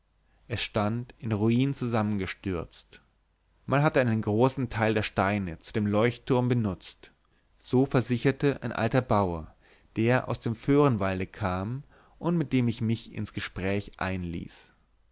es lag in ruinen zusammengestürzt man hatte einen großen teil der steine zu dem leuchtturm benutzt so versicherte ein alter bauer der aus dem föhrenwalde kam und mit dem ich mich ins gespräch einließ